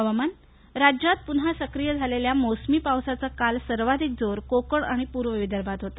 हवामान् राज्यात पुन्हा सक्रिय झालेल्या मोसमी पावसाचा काल सर्वाधिक जोर कोकण आणि पूर्व विदर्भात होता